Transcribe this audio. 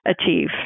achieve